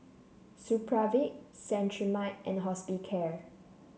Supravit Cetrimide and Hospicare